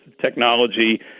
technology